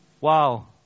Wow